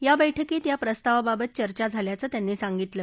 या बैठकीत या प्रस्तावाबाबत चर्चा झाल्याचं त्यांनी सांगितलं